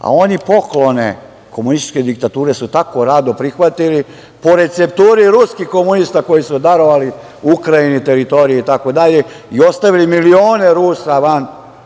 a oni poklone komunističke diktature su tako rado prihvatili, po recepturi ruskih komunista koji su darovali Ukrajini teritorije itd, i ostavili milione Rusa van